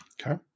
Okay